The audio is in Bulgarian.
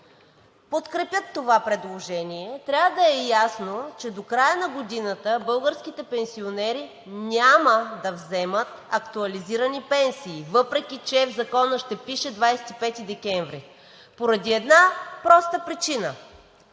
подкрепят това предложение, трябва да е ясно, че до края на годината българските пенсионери няма да вземат актуализирани пенсии, въпреки че в Закона ще пише 25 декември. Поради една проста причина